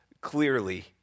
clearly